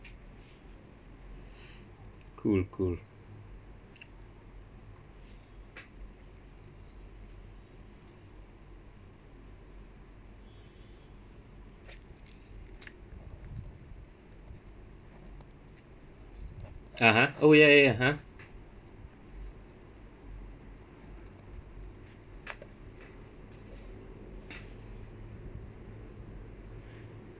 cool cool (uh huh) oh ya ya ha